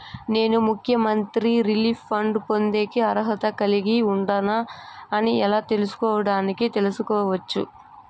నేను ముఖ్యమంత్రి relief fund పొందేకి అర్హత కలిగి ఉండానా అని ఎలా తెలుసుకోవడానికి తెలుసుకోవచ్చు